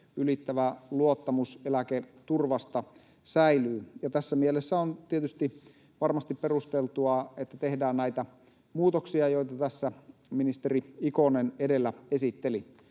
ylittävä luottamus eläketurvaan säilyy. Tässä mielessä on varmasti perusteltua, että tehdään näitä muutoksia, joita tässä ministeri Ikonen edellä esitteli.